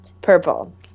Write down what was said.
Purple